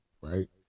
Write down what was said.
right